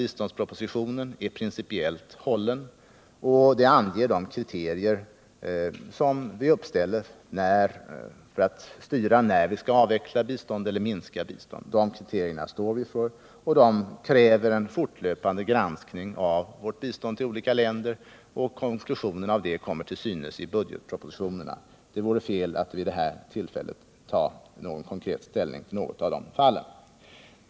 Biståndspropositionen är principiellt hållen och anger de kriterier som vi uppställer för att avgöra när vi skall avveckla eller minska bistånd. De kriterierna står vi för, och de kräver en fortlöpande granskning av vårt bistånd till olika länder. Konklusionerna kommer till synes i budgetpropositionerna. Det vore fel att vid det här tillfället ta konkret ställning till något av de fallen.